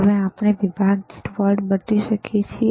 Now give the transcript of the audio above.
હવે આપણે વિભાગ દીઠ વોલ્ટ બદલી શકીએ છીએ